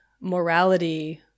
morality